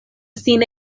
sin